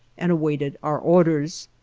and awaited our orders.